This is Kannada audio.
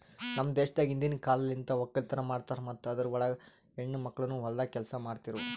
ನಮ್ ದೇಶದಾಗ್ ಹಿಂದಿನ್ ಕಾಲಲಿಂತ್ ಒಕ್ಕಲತನ ಮಾಡ್ತಾರ್ ಮತ್ತ ಅದುರ್ ಒಳಗ ಹೆಣ್ಣ ಮಕ್ಕಳನು ಹೊಲ್ದಾಗ್ ಕೆಲಸ ಮಾಡ್ತಿರೂ